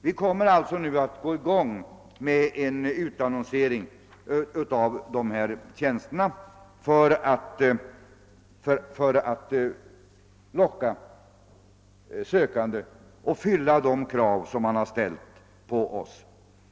Vi kommer alltså nu att utannonsera dessa tjänster för att locka sökande och fylla de krav som ställts på oss.